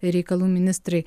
reikalų ministrai